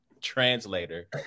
translator